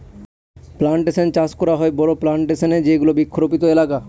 plantation চাষ করা হয় বড়ো প্লানটেশনে যেগুলো বৃক্ষরোপিত এলাকা